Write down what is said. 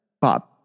Bob